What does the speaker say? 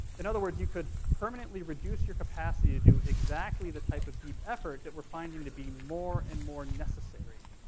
in other words, you could permanently reduce your capacity to do exactly the type of deep effort that we're finding to be more and more necessary